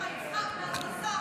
השר.